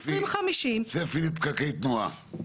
צפי לפקקי תנועה.